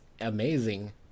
amazing